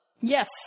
Yes